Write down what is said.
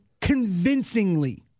convincingly